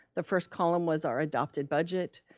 the first column was our adopted budget,